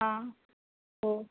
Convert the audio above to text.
हं हो